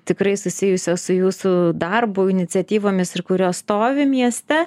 tikrai susijusios su jūsų darbo iniciatyvomis ir kurios stovi mieste